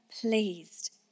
pleased